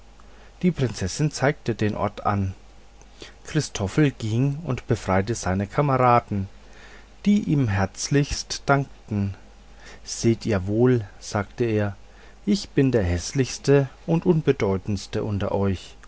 die prinzessin zeigte den ort an christoffel ging und befreite seine kameraden die ihm herzlichst dankten seht ihr wohl sagte er ich bin der häßlichste und unbedeutendste unter euch